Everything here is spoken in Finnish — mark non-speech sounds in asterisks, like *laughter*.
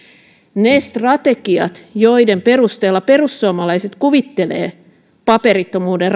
ne strategiat joiden perusteella perussuomalaiset kuvittelevat paperittomuuden *unintelligible*